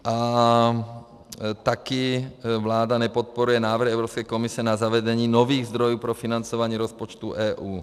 A taky vláda nepodporuje návrh Evropské komise na zavedení nových zdrojů pro financování rozpočtu EU.